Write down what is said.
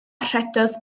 rhedodd